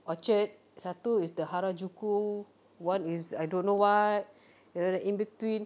orchard satu is the harajuku one is I don't know what the in between